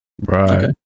Right